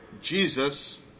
Jesus